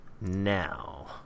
now